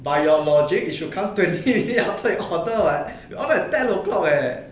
by your logic you should come twenty minutes after we order [what] we order at ten o'clock eh